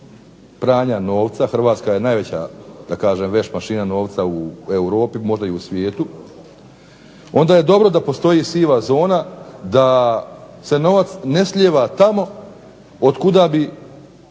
vrlo često, Hrvatska je najveća veš mašina novca u Europi a možda i u svijetu, onda je dobro da postoji siva zona da se ne novac ne slijeva tamo otkuda bi